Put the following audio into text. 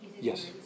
Yes